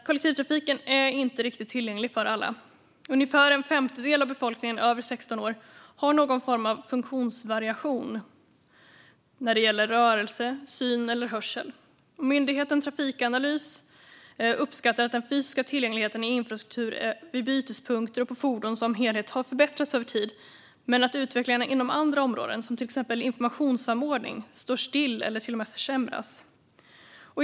Kollektivtrafiken är inte riktigt tillgänglig för alla. Ungefär en femtedel av befolkningen över 16 år har någon form av funktionsvariation när det gäller rörelse, syn eller hörsel. Myndigheten Trafikanalys uppskattar att den fysiska tillgängligheten i infrastruktur vid bytespunkter och på fordon som helhet har förbättrats över tid men att utvecklingen inom andra områden, till exempel informationssamordning, står still eller till och med försämras.